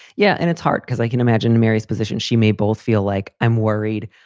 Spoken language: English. yeah. and it's hard because i can imagine mary's position. she may both feel like i'm worried.